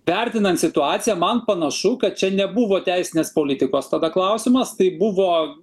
vertinant situaciją man panašu kad čia nebuvo teisinės politikos tada klausimas tai buvo